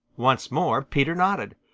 once more peter nodded.